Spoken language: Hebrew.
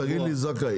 זכאי,